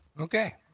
Okay